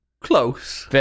Close